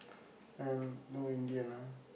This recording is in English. and no Indian ah